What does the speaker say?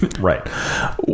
Right